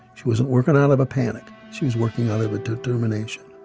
she wasn't working out of a panic. she was working out of a determination